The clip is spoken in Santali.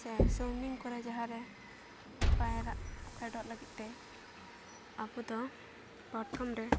ᱥᱮ ᱥᱩᱭᱢᱤᱝ ᱠᱚᱨᱮ ᱡᱟᱦᱟᱸᱨᱮ ᱯᱟᱭᱨᱟᱜ ᱯᱷᱮᱰᱚᱜ ᱞᱟᱹᱜᱤᱫᱼᱛᱮ ᱟᱵᱚᱫᱚ ᱯᱨᱚᱛᱷᱚᱢ ᱨᱮ